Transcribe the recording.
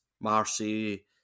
Marcy